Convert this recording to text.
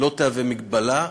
לא תהווה מגבלה,